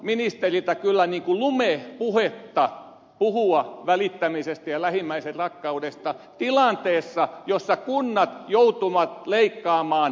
minusta on ministeriltä kyllä niin kuin lumepuhetta puhua välittämisestä ja lähimmäisenrakkaudesta tilanteessa jossa kunnat joutuvat leikkaamaan peruspalveluja